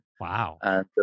Wow